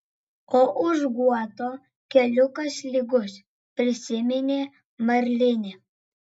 o už guoto keliukas lygus prisiminė marlinė